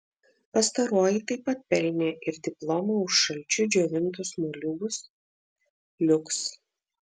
pastaroji taip pat pelnė ir diplomą už šalčiu džiovintus moliūgus liuks